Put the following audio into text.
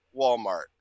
Walmart